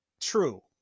true